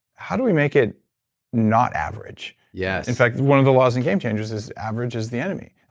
how do we make it not average? yes in fact, one of the laws in gamechangers is average is the enemy.